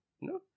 No